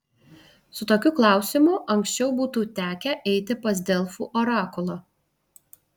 su tokiu klausimu anksčiau būtų tekę eiti pas delfų orakulą